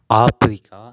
Africa